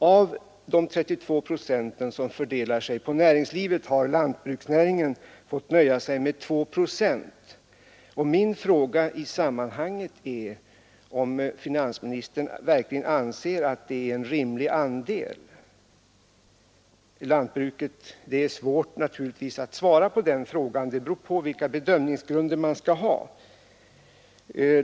Av de 32 procenten till näringslivet har lantbruksnäringen fått nöja sig med 2 procent. Min fråga i sammanhanget är om finansministern anser att det verkligen är en rimlig andel till lantbruket.